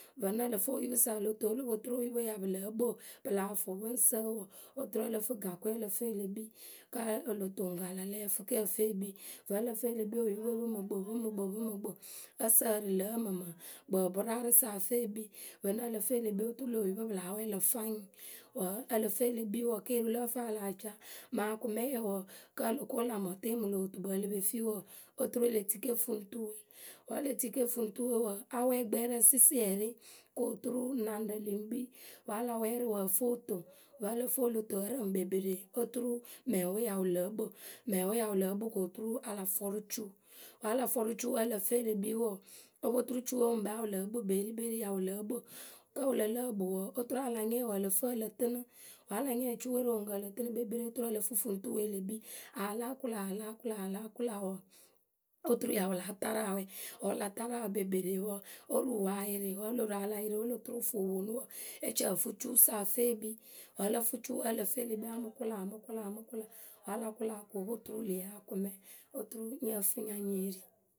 Vǝnɨ ǝ lǝ fɨ oyupǝ sa o lo toŋ wǝ́ o lo po turu oyupǝwe pǝ ya lǝ́ǝ kpɨ pǝ lah fʊ pǝ ŋ sǝǝ wǝǝ oturu ǝ lǝ fɨ gakɨwe ǝ lǝ fɨ e le kpii. Kǝ́ o lo toŋ pǝ a la lɛ ǝ fɨ kǝ e fɨ e kpii oyupǝ we pǝ ŋ mɨ kpɨ pǝ ŋ mɨ kpɨ ǝ sǝǝrɨ lǝ̌ kpǝǝpʊraarǝ sa ǝ fɨ e kpii vǝnɨ ǝ lǝ fɨ e le kpii oturu lö oyupǝ pɨ láa wɛɛ lǝ̈ fwaiŋ wǝ́ ǝ lǝ fɨ e le kpii wǝǝ, keeriwǝ lǝ wǝ fǝŋ wǝ́ a lah caa? Mǝŋ akʊme wǝǝ, kǝ́ o lo ko lä mɔte mǝ lö wǝtukpǝ e le pe fii wǝǝ, otru e le tike fuŋtuwe Wǝ́ e le tike fuŋtuwe wǝǝ, a wɛ gbɛɛrǝ sɩsiɛrɩ ko turu naŋrǝ lǝŋ kpii. Wǝ́ a la wɛ rǝ wǝǝ, ǝ fɨ o toŋ vwǝ́ ǝ lǝ fɨ o lo toŋ ǝ rǝŋ kpekpere oturu mɛŋwe wǝ ya lǝ́ǝ kpɨ. Mɛŋwe wǝ ya lǝ́ǝ kpɨ ko oturu a fɔrʊ cu wǝ́ a la fɔrʊ cuwe ǝ lǝ fɨ e le kpii wɔɔ, o po turu cuwe wǝ ŋkpɛ w;w ya lǝ́ǝ kpɨ kpeerikpeeri wǝ ya lǝ́ǝ kpɨ. Kǝ́ wǝ lǝ lǝ́ǝ kpɨ wǝǝ oturu a la nyɛɛ wǝ ǝ lǝ fɨ ǝ lǝ tɨnɨ wǝ́ a la nyɛ; cuwe rǝ oŋuŋkǝ ǝ lǝ tɨnɨ kpekperee oturu ǝ lǝ fuŋtuwe e le kpii a láa kʊla a láa kʊla a láa kʊla wǝǝ oturu ya wǝ láa ta rǝ awɛ. Wǝ́ wǝ la ta rǝ awɛ kpekperee wǝǝ, o ruu wǝ a yɩrɩ wǝ́ o lo ruu a la yɩrɩ wǝ́ o lo turu wǝ fʊ wǝ ponu wǝǝ e ci ǝ fɨ cuwǝ sa ǝ fɨ e kpii. Wǝ́ ǝ lǝ fɨ cuwe ǝ lǝ fɨ e le kpii a mɨ kʊla a mɨ kʊla a mɨ kʊla o po turu wǝ le ye akʊme oturu nyǝ fɨ nya nyée ri.